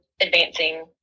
advancing